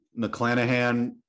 McClanahan